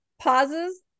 pauses